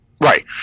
Right